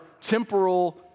temporal